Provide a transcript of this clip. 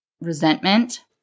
resentment